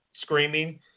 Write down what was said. screaming –